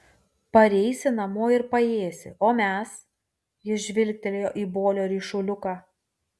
pareisi namo ir paėsi o mes jis žvilgtelėjo į bolio ryšuliuką